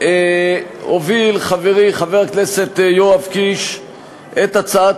הוביל חברי חבר הכנסת יואב קיש את הצעת